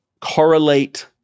correlate